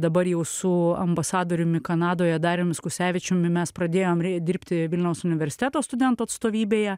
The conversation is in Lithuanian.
dabar jau su ambasadoriumi kanadoje dariumi skusevičiumi mes pradėjom dirbti vilniaus universiteto studentų atstovybėje